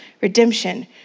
redemption